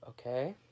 Okay